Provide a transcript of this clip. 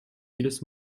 jedes